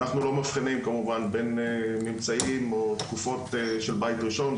אנחנו לא מבחינים כמובן בין ממצאים או תקופות של בית ראשון או